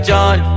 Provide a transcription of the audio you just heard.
John